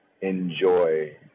enjoy